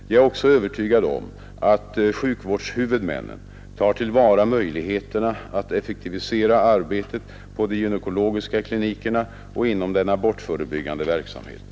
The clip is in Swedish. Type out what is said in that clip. Jag är också övertygad om att sjukvårdshuvudmännen tar till vara möjligheterna att effektivisera arbetet på de gynekologiska klinikerna och inom den abortförebyggande verksamheten.